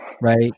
right